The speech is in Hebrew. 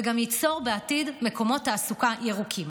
וגם ייצור בעתיד מקומות תעסוקה ירוקים.